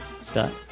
Scott